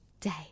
day